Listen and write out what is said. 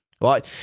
Right